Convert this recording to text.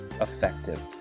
effective